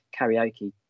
karaoke